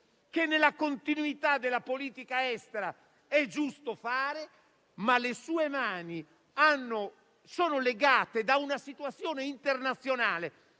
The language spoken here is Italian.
che nella continuità della politica estera è giusto fare. Le sue mani, però, sono legate da una situazione internazionale